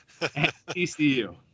TCU